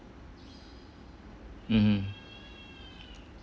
mmhmm